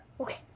Okay